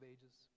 Ages